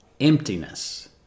emptiness